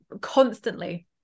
constantly